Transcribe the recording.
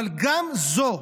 אבל גם זו,